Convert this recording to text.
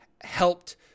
helped